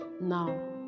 now